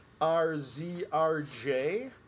R-Z-R-J